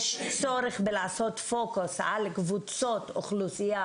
יש צורך בלעשות פוקוס על קבוצות אוכלוסייה